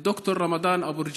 את ד"ר רמדאן אבו רגילה,